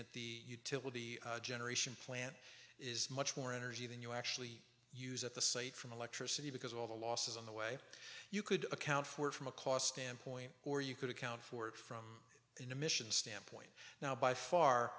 at the utility generation plant is much more energy than you actually use at the site from electricity because all the losses on the way you could account for from a cost standpoint or you could account for it from an emissions standpoint now by